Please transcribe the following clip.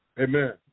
Amen